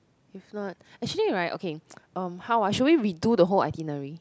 if not actually right okay um how ah should we redo the whole itinerary